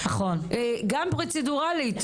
גם פרוצדורלית,